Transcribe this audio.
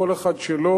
כל אחד שלו,